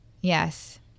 Yes